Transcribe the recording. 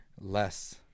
less